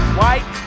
white